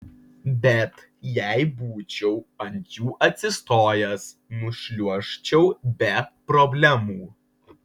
bet jei būčiau ant jų atsistojęs nušliuožčiau be problemų